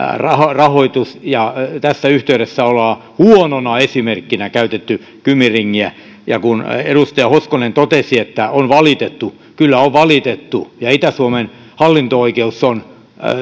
rahoitus ja tässä yhteydessä ollaan huonona esimerkkinä käytetty kymi ringiä ja kun edustaja hoskonen totesi että on valitettu kyllä on valitettu ja itä suomen hallinto oikeus on